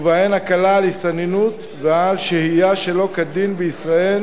ובהן הקלה על הסתננות ועל שהייה שלא כדין בישראל,